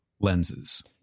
lenses